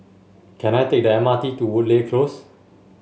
can I take the M R T to Woodleigh Close